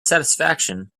satisfaction